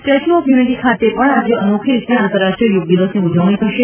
statue of unity ખાતે પણ આજે અનોખી રીતે આંતરરાષ્ટ્રીય યોગ દિવસની ઉજવણી થશે